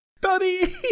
Buddy